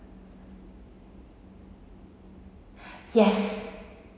yes